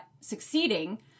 succeeding